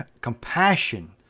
compassion